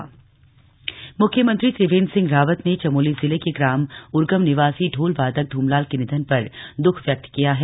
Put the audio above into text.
धुमलाल निधन म्ख्यमंत्री त्रिवेन्द्र सिंह रावत ने चमोली जिले के ग्राम उर्गम निवासी ढोल वादक धूमलाल के निधन पर दुख व्यक्त किया है